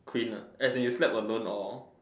queen lah as in you slept alone or